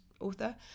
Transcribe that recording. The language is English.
author